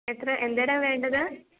എത്ര എന്തെടെ വേണ്ടത്